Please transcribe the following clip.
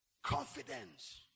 Confidence